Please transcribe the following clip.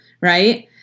Right